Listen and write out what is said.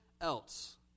else